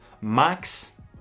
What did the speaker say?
Max